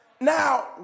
Now